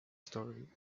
story